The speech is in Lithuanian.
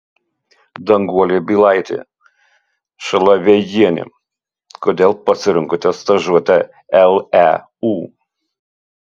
danguolė bylaitė šalavėjienė kodėl pasirinkote stažuotę leu